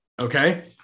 Okay